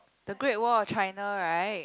the Great-Wall-of-China right